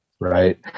Right